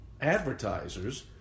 advertisers